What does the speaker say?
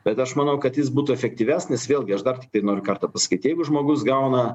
bet aš manau kad jis būtų efektyvesnis vėlgi aš dar tiktai nors kartą pasakyt jeigu žmogus gauna